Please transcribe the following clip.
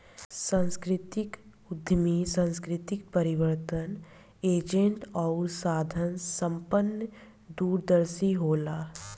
सांस्कृतिक उद्यमी सांस्कृतिक परिवर्तन एजेंट अउरी साधन संपन्न दूरदर्शी होला